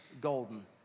golden